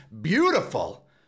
beautiful